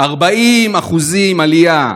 40% עלייה,